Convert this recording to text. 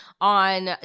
on